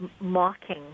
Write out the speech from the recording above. mocking